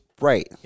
Right